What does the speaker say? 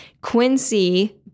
Quincy